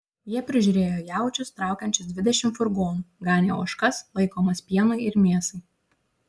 jie prižiūrėjo jaučius traukiančius dvidešimt furgonų ganė ožkas laikomas pienui ir mėsai